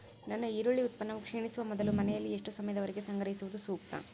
ನನ್ನ ಈರುಳ್ಳಿ ಉತ್ಪನ್ನವು ಕ್ಷೇಣಿಸುವ ಮೊದಲು ಮನೆಯಲ್ಲಿ ಎಷ್ಟು ಸಮಯದವರೆಗೆ ಸಂಗ್ರಹಿಸುವುದು ಸೂಕ್ತ?